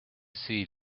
see